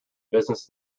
business